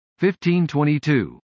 1522